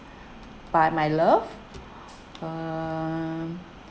by my love um